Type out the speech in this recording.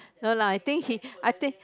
no lah I think he I think